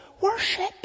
worship